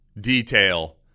detail